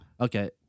okay